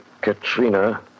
Katrina